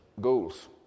Goals